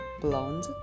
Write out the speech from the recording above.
blonde